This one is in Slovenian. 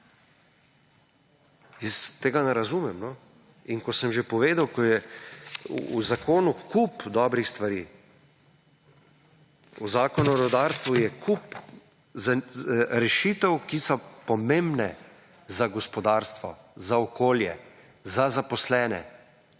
Jaz tega ne razumem. In kot sem že povedal, ko je v zakonu kup dobrih stvari, v Zakonu o rudarstvu je kup rešitev, ki so pomembne za gospodarstvo, za okolje, za zaposlene.